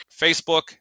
Facebook